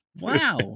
wow